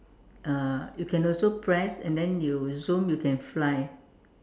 uh you can also press and then you zoom you can fly